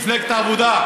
מפלגת העבודה,